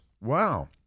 Wow